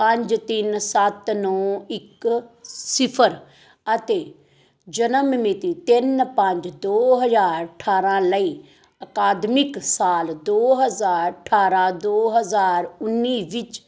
ਪੰਜ ਤਿੰਨ ਸੱਤ ਨੌਂ ਇੱਕ ਸਿਫਰ ਅਤੇ ਜਨਮ ਮਿਤੀ ਤਿੰਨ ਪੰਜ ਦੋ ਹਜ਼ਾਰ ਅਠਾਰ੍ਹਾਂ ਲਈ ਅਕਾਦਮਿਕ ਸਾਲ ਦੋ ਹਜ਼ਾਰ ਅਠਾਰ੍ਹਾਂ ਦੋ ਹਜ਼ਾਰ ਉੱਨੀ ਵਿੱਚ